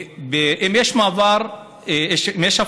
אם יש הפרדה,